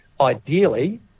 Ideally